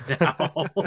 now